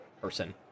person